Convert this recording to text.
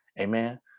Amen